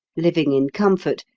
living in comfort,